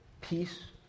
peace